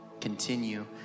Continue